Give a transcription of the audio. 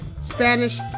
Spanish